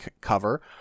cover